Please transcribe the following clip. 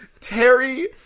Terry